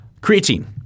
Creatine